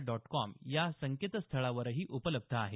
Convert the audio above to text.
dot com या संकेतस्थळावरही उपलब्ध आहे